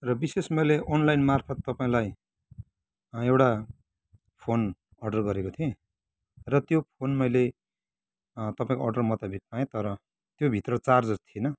र विशेष मैले अनलाइन मार्फत तपाईँलाई एउटा फोन अर्डर गरेको थिएँ र त्यो फोन मैले तपाईँको अर्डर मुताविक पाएँ तर त्यो भित्र चार्जर थिएन